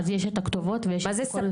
אז יש את הכתובות ויש את הכל --- מה זה ספק?